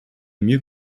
mieux